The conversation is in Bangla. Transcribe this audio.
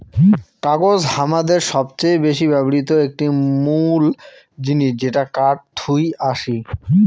কাগজ হামাদের সবচেয়ে বেশি ব্যবহৃত একটি মুল জিনিস যেটা কাঠ থুই আসি